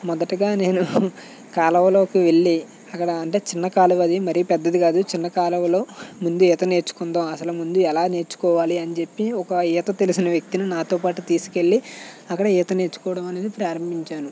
మొదటిగా నేను కాలువలోకి వెళ్ళి అక్కడ అంటే చిన్న కాలువ అది మరీ పెద్దది కాదు చిన్న కాలువలో ముందు ఈత నేర్చుకుందాం అస్సలు ముందు ఎలా నేర్చుకోవాలి అనిచెప్పి ఒక ఈత తెలిసిన వ్యక్తిని నాతోపాటు తీసుకెళ్ళి అక్కడ ఈత నేర్చుకోవడం అనేది ప్రారంభించాను